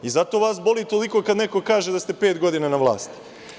Zato vas toliko boli kad neko kaže da ste pet godina na vlasti.